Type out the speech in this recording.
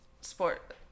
sport